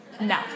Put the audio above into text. No